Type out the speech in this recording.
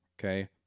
okay